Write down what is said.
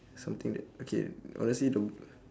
something that okay honestly don't